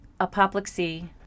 apoplexy